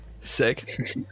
Sick